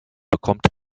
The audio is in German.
bekommt